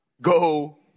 go